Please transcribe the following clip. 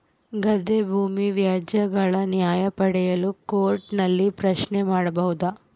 ಗದ್ದೆ ಭೂಮಿ ವ್ಯಾಜ್ಯಗಳ ನ್ಯಾಯ ಪಡೆಯಲು ಕೋರ್ಟ್ ನಲ್ಲಿ ಪ್ರಶ್ನೆ ಮಾಡಬಹುದಾ?